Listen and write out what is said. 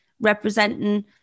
representing